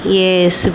yes